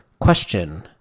question